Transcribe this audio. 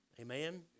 Amen